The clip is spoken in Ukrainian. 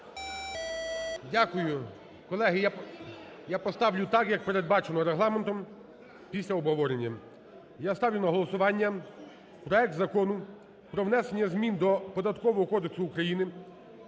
Дякую. Колеги, я поставлю так, як передбачено Регламентом, після обговорення. Я ставлю на голосування проект Закону про внесення змін до Податкового кодексу України